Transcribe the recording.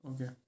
Okay